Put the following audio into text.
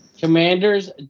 Commanders